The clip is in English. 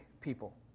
people